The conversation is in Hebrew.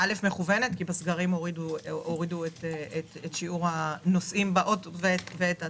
הסגרים הורידו את שיעור הנוסעים ואת התדירות.